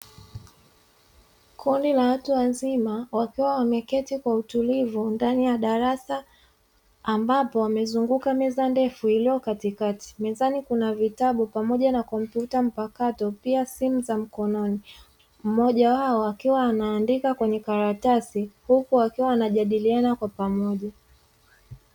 Kundi la watu wazima, wakiwa wameketi kwa utulivu ndani ya darasa, ambapo wamezunguka meza ndefu iliyo katikati. Mezani kuna vitabu pamoja na kompyuta mpakato, pia simu za mkononi, mmoja wao akiwa anaandika kwenye karatasi, huku wakiwa wanajadiliana kwa pamoja.